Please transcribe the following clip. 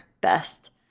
best